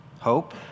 Hope